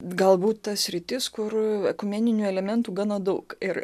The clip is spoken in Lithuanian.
galbūt ta sritis kur ekumeninių elementų gana daug ir